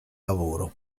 lavoro